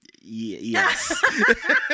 Yes